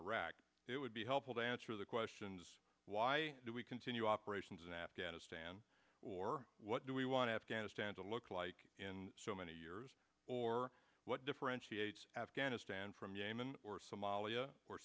iraq it would be helpful to answer the questions why do we continue operations in afghanistan or what do we want afghanistan to look like in so many years or what differentiates afghanistan from yemen or somalia or